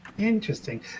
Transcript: Interesting